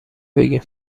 بگیم